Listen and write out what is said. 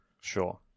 Sure